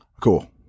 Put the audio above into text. Cool